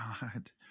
God